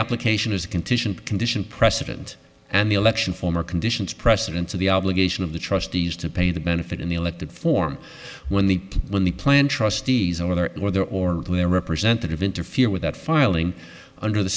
application is contingent condition precedent and the election former conditions precedence of the obligation of the trustees to pay the benefit in the elected form when the when the plan trustees over there or their or their representative interfere without filing under the